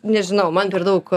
nežinau man per daug